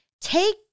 Take